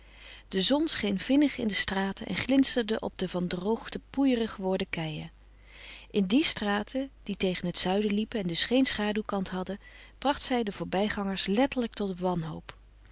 de zon scheen vinnig in de straten en glinsterde op de van droogte poeierig geworden keien in die straten die tegen het zuiden liepen en dus geen schaduwkant hadden bracht zij de voorbijgangers letterlijk tot wanhoop